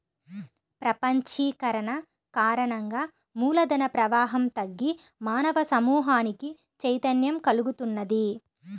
ప్రపంచీకరణ కారణంగా మూల ధన ప్రవాహం తగ్గి మానవ సమూహానికి చైతన్యం కల్గుతున్నది